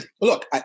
Look